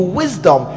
wisdom